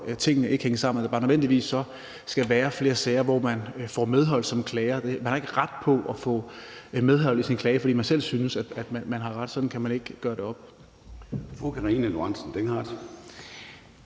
behøver tingene ikke at hænge sammen, altså at der så bare nødvendigvis skal være flere sager, hvor man får medhold som klager. Man har ikke ret til at få medhold i sin klage, fordi man selv synes, man har ret – sådan kan man ikke gøre det op.